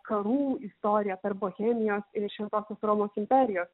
karų istorija tarp bohemijos ir šventosios romos imperijos